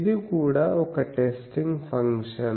ఇది కూడా ఒక టెస్టింగ్ ఫంక్షన్